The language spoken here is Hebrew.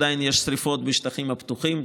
עדיין יש שרפות בשטחים הפתוחים,